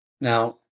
now